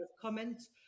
comments